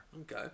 Okay